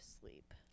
sleep